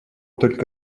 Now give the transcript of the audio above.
только